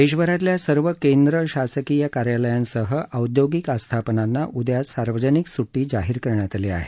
देशभातल्या सर्व केंद्र शासकीय कार्यालयांसह औद्योगिक आस्थापनांना उद्या सार्वजनिक सुट्टी जाहीर करण्यात आली आहे